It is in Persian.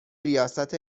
ریاست